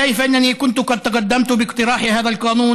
על כן הגשתי את הצעת החוק הזאת,